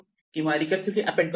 किंवा recursively append करतो